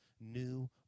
new